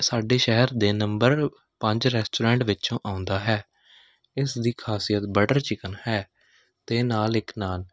ਸਾਡੇ ਸ਼ਹਿਰ ਦੇ ਨੰਬਰ ਪੰਜ ਰੈਸਟੋਰੈਂਟ ਵਿੱਚੋਂ ਆਉਂਦਾ ਹੈ ਇਸ ਦੀ ਖ਼ਾਸੀਅਤ ਬਟਰ ਚਿਕਨ ਹੈ ਅਤੇ ਨਾਲ ਇੱਕ ਨਾਨ